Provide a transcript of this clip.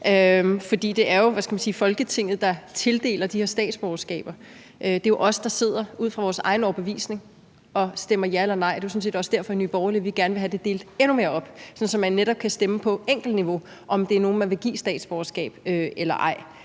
For det er jo – hvad skal man sige – Folketinget, der tildeler de her statsborgerskaber. Det er jo os, der sidder ud fra vores egen overbevisning og stemmer ja eller nej, og det er jo sådan set også derfor, vi i Nye Borgerlige gerne vil have det delt endnu mere op, sådan at man netop på enkeltniveau kan stemme om, om det er nogen, man vil give statsborgerskab eller ej.